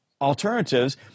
alternatives